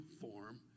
form